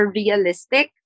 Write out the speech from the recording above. realistic